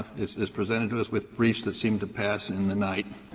is is presented to us with briefs that seem to pass in the night.